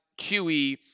QE